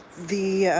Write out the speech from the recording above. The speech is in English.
the,